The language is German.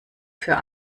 für